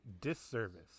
disservice